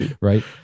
right